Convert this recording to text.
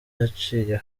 yicaye